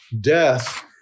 Death